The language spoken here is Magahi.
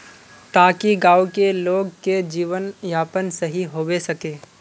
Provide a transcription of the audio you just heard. ताकि गाँव की लोग के जीवन यापन सही होबे सके?